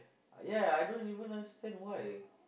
ya ya ya I don't even understand why